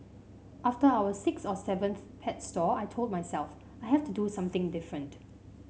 after our sixth or seventh pet store I told myself I have to do something different